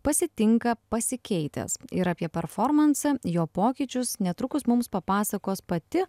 pasitinka pasikeitęs ir apie performansą jo pokyčius netrukus mums papasakos pati